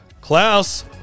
Klaus